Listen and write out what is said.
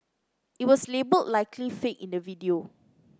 it was labelled Likely Fake in the video